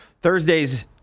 Thursdays